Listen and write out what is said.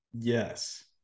Yes